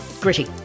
Gritty